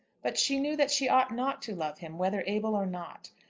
but she knew that she ought not to love him, whether able or not.